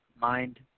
Mind